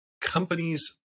companies